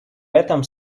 этом